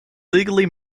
legally